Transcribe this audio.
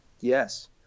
Yes